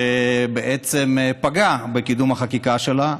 שבעצם פגעה בקידום החקיקה שלה,